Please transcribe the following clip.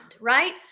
right